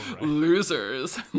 losers